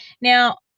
Now